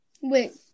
Wait